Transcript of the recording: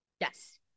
Yes